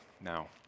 now